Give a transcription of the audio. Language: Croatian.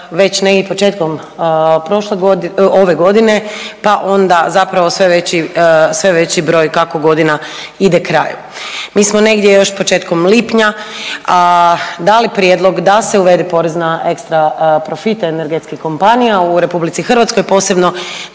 već negdje početkom ove godine, pa onda zapravo sve veći broj kako godina ide kraju. Mi smo negdje još početkom lipnja dali prijedlog da se uvede porez na ekstra profit energetskih kompanija u Republici Hrvatskoj, posebno